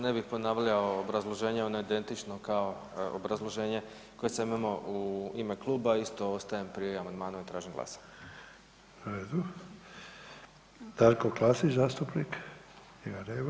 Ne bih ponavljao obrazloženje ono je identično kao obrazloženje koje sam imao u ime kluba, isto ostajem pri amandmanu i tražim glasanje.